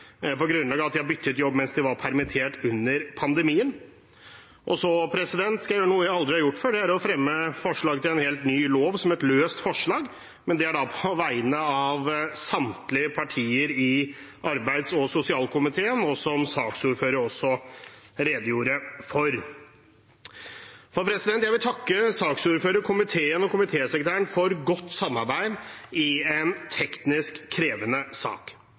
på grunnlag av at de har byttet jobb mens de var permittert under pandemien. Så skal jeg gjøre noe jeg aldri har gjort før. Det er å fremme forslag til en helt ny lov som et løst forslag, men det er da på vegne av samtlige partier i arbeids- og sosialkomiteen, som saksordføreren også redegjorde for. Jeg vil takke saksordføreren, komiteen og komitésekretæren for et godt samarbeid i en teknisk krevende sak.